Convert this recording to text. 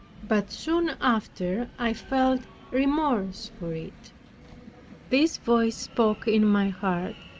but soon after i felt remorse for it this voice spoke in my heart,